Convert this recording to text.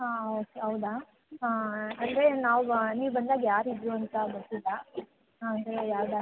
ಹಾಂ ಓಕೆ ಹೌದಾ ಹಾಂ ಅಂದರೆ ನಾವು ನೀವು ಬಂದಾಗ ಯಾರು ಇದ್ದರು ಅಂತ ಗೊತ್ತಿಲ್ಲ ಅಂದರೆ ಯಾವ ಡಾಕ್ಟರ್